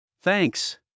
Thanks